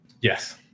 Yes